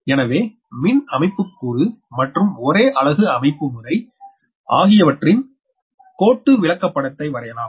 எனவே மின் அமைப்பு கூறு மற்றும் ஒரே அலகு அமைப்புமுறை அகையவற்றின் கோட்டு விளக்கப்படத்தை வரையலாம்